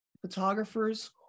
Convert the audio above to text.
photographers